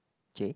Jay